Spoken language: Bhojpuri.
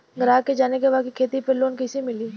ग्राहक के जाने के बा की खेती पे लोन कैसे मीली?